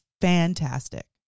fantastic